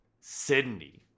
Sydney